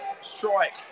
strike